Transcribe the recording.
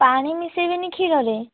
ପାଣି ମିଶେଇବେନି କ୍ଷୀର ରେ